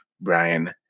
Brian